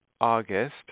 August